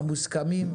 המוסכמים,